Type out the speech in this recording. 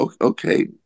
okay